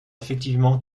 effectivement